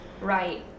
Right